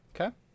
Okay